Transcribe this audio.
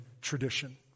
tradition